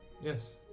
Yes